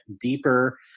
deeper